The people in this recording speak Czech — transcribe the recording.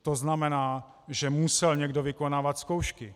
To znamená, že musel někdo vykonávat zkoušky.